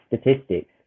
statistics